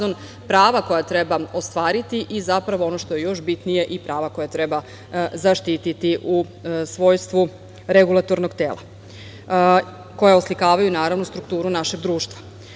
prava koja treba ostvariti i, zapravo ono što je još bitnije, prava koja treba zaštititi u svojstvu regulatornog tela, koja oslikavaju, naravno, strukturu našeg društva.